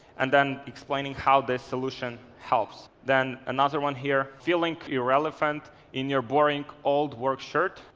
and then explaining how this solution helps. then another one here, feeling your elephant in your boring old work shirt?